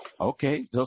Okay